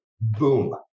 Boom